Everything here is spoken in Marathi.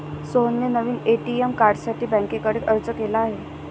सोहनने नवीन ए.टी.एम कार्डसाठी बँकेकडे अर्ज केला आहे